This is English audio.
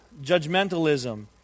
judgmentalism